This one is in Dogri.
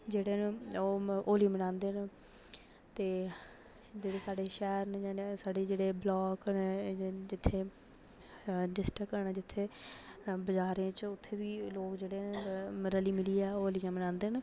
जेह्ड़े न ओह् होली मनांदे न ते जेह्ड़े साढ़े शैह्र न जेह्ड़े साढ़े जेह्ड़े ब्लाक न जित्थें डिस्टकां न जित्थें बजारें च उत्थें बी लोग उत्थें जेह्ड़े रली मिलियै होलियां मनांदे न